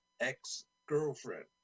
Ex-Girlfriend